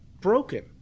broken